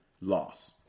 loss